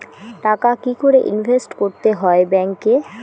টাকা কি করে ইনভেস্ট করতে হয় ব্যাংক এ?